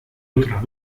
otras